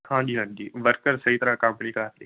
ਹਾਂਜੀ ਹਾਂਜੀ ਵਰਕਰ ਸਹੀ ਤਰ੍ਹਾਂ ਕੰਮ ਨਹੀਂ ਕਰਦੇ